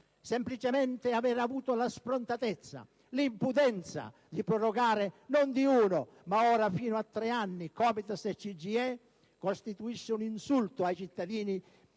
Semplicemente avere avuto la sfrontatezza e l'impudenza di prorogare non di uno, ma ora fino a tre anni COMITES e CGIE costituisce un insulto ai cittadini